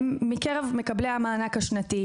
הם מקרב מקבלי המענק השנתי,